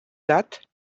date